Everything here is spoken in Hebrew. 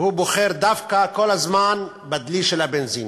והוא כל הזמן בוחר דווקא בדלי של הבנזין.